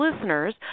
listeners